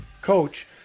coach